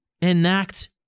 enact